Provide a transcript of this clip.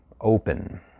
open